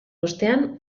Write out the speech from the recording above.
ostean